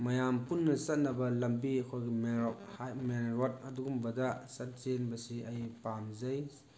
ꯃꯌꯥꯝ ꯄꯨꯟꯅ ꯆꯠꯅꯕ ꯂꯝꯕꯤ ꯑꯩꯈꯣꯏꯒꯤ ꯃꯦꯟ ꯔꯣꯠ ꯃꯦꯟ ꯔꯣꯠ ꯑꯗꯨꯒꯨꯝꯕꯗ ꯆꯦꯟꯕꯁꯤ ꯑꯩ ꯄꯥꯝꯖꯩ